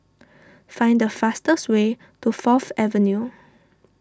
find the fastest way to Fourth Avenue